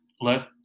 Let